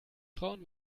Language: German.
frauen